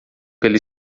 pela